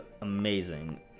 amazing